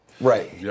Right